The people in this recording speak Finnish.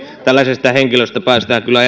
tällaisesta henkilöstä päästään kyllä